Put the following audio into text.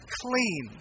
clean